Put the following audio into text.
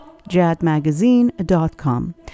jadmagazine.com